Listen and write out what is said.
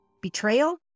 betrayal